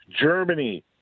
Germany